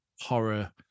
horror